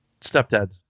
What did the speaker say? stepdad